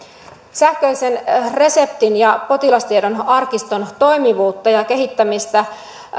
sähköisen reseptin ja potilastiedon arkiston toimivuutta ja kehittämistä